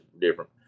different